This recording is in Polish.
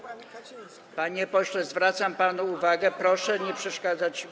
Panie pośle, zwracam panu uwagę, proszę nie przeszkadzać.